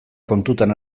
kontuan